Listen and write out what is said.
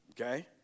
okay